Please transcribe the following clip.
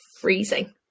freezing